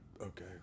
Okay